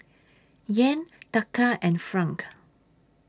Yen Taka and Franc